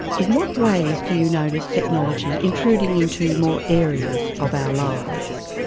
in what ways do you notice technology intruding into more areas of our lives?